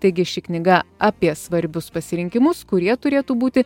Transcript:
taigi ši knyga apie svarbius pasirinkimus kurie turėtų būti